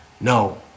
No